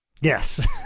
Yes